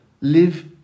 live